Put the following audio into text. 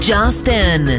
Justin